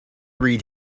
read